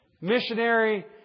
missionary